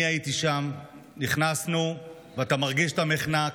אני הייתי שם, נכנסנו, ואתה מרגיש את המחנק,